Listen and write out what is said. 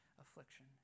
affliction